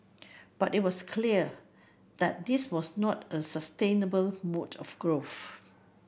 but it was clear that this was not a sustainable mode of growth